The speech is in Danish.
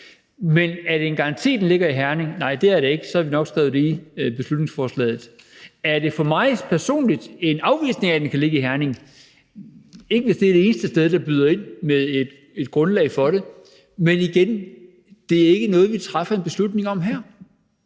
Men er det en garanti, at den ligger Herning? Nej det er det ikke, og så havde vi nok skrevet det ind i beslutningsforslaget. Er det for mig personligt en afvisning af, at den kan ligge i Herning? Det er det ikke, hvis det er det eneste sted, der byder ind med et grundlag for det. Men igen: Det er ikke noget, vi træffer en beslutning om her.